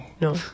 No